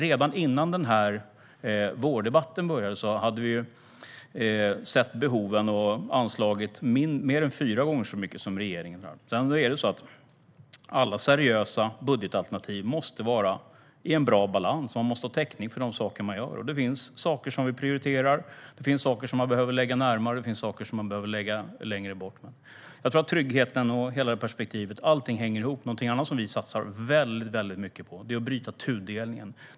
Redan före debatten om vårpropositionen hade vi sett behoven och anslagit mer än fyra gånger så mycket som regeringen. Sedan måste alla seriösa budgetalternativ vara i en bra balans. Man måste ha täckning för de saker man gör. Det finns saker som vi prioriterar. Det finns saker som man behöver prioritera mer och saker som man behöver prioritera mindre. Jag tror att tryggheten och hela detta perspektiv - allting - hänger ihop. Någonting annat som vi satsar mycket på är att bryta tudelningen.